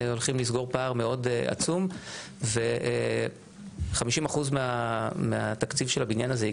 הולכים לסגור פער מאוד עצום וחמישים אחוז מהתקציב של הבניין הזה,